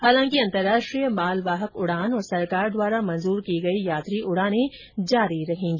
हालांकि अंतरराष्ट्रीय माल वाहक उड़ान और सरकार द्वारा मंजूर की गई यात्री उडाने जारी रहेगी